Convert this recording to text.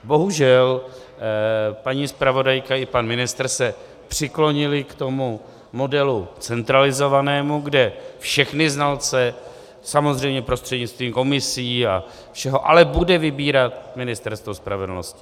Bohužel paní zpravodajka i pan ministr se přiklonili k tomu modelu centralizovanému, kde všechny znalce, samozřejmě prostřednictvím komisí a všeho, ale bude vybírat Ministerstvo spravedlnosti.